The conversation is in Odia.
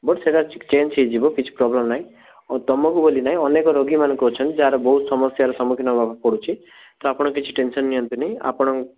ବଟ୍ ସେଇଟା ଚେଞ୍ଜ ହେଇଯିବ କିଛି ପ୍ରୋବ୍ଲେମ୍ ନାହିଁ ଆଉ ତମକୁ ବୋଲେ ନାହିଁ ଅନେକ ରୋଗୀମାନେ ଅଛନ୍ତି ଯାହାର ବହୁତ ସମସ୍ୟାର ସମ୍ମୁଖୀନ ହେବାକୁ ପଡ଼ୁଛି ଆପଣ କିଛି ଟେନସନ୍ ନିଅନ୍ତୁନି ଆପଣ